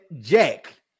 Jack